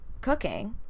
cooking